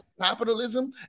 capitalism